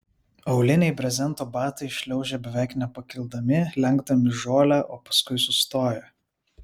auliniai brezento batai šliaužia beveik nepakildami lenkdami žolę o paskui sustoja